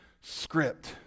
script